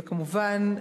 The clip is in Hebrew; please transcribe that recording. וכמובן,